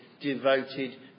devoted